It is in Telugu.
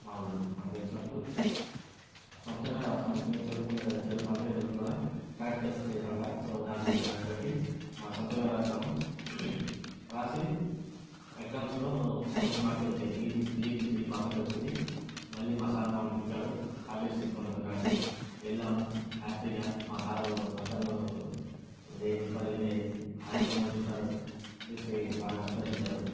మాలో మాకు తెలిసినట్టు సొంతంగానే రాశాము మేము చదువుకున్నా అంతగా చదువుకోలేదు ప్రాక్టికల్స్ చేశాముగా సో దానికి దాన్నిబట్టి మా సొంతంగా రాశాను రాసి ఎగ్జామ్స్లో మంచి మార్క్స్ వచ్చాయి ఎయిటి ఎయిటి త్రీ వచ్చింది మళ్లీ మా సార్ మమ్మల్ని పిలిచాడు హాల్ టికెట్స్ తీసుకుందురా రండి అనేసి వెళ్ళాము హ్యాపీగా మా సార్ ముఖంలో వెయ్యి దీపాలు వెలిగాయి ఆయన మమ్మల్ని చూసాడు చూసి బాగా సంతోషించాడు